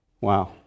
Wow